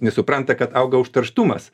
nesupranta kad auga užterštumas